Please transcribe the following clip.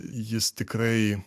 jis tikrai